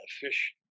fish